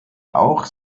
auch